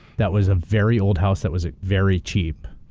that was a very old house, that was very cheap.